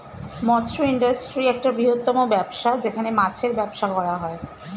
মৎস্য ইন্ডাস্ট্রি একটা বৃহত্তম ব্যবসা যেখানে মাছের ব্যবসা করা হয়